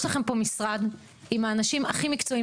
יש לכם פה משרד עם האנשים הכי מקצועיים